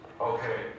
Okay